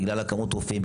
בגלל כמות הרופאים,